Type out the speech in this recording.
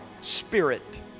spirit